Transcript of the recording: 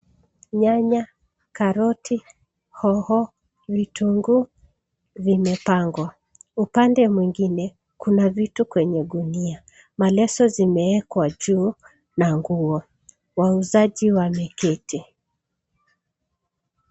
Nyanya, karoti, hoho, vitunguu, vimepangwa. Upande mwingine, kuna vitu kwenye gunia. Maleso zimewekwa juu na nguo, wauzaji wameketi.